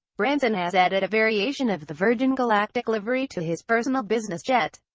branson has added a variation of the virgin galactic livery to his personal business jet,